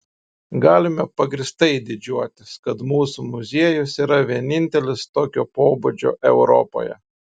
galime pagrįstai didžiuotis kad mūsų muziejus yra vienintelis tokio pobūdžio europoje